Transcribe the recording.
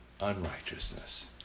unrighteousness